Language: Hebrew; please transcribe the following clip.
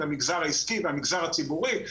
המגזר העסקי והמגזר הציבורי,